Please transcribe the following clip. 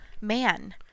man